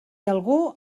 algú